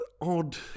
odd